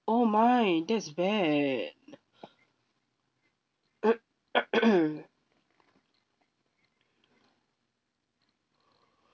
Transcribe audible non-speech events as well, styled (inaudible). oh my that's bad (noise)